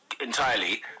entirely